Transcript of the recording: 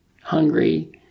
hungry